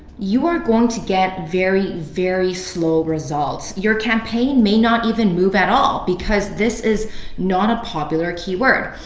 you are going to get very, very slow results. your campaign may not even move at all because this is not a popular keyword.